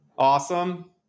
Awesome